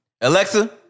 Alexa